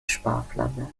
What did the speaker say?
sparflamme